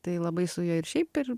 tai labai su juo ir šiaip ir